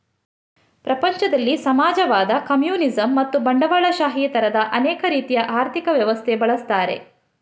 ಪ್ರಪಂಚದಲ್ಲಿ ಸಮಾಜವಾದ, ಕಮ್ಯುನಿಸಂ ಮತ್ತು ಬಂಡವಾಳಶಾಹಿ ತರದ ಅನೇಕ ರೀತಿಯ ಆರ್ಥಿಕ ವ್ಯವಸ್ಥೆ ಬಳಸ್ತಾರೆ